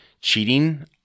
cheating